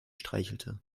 streichelte